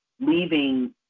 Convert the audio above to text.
leaving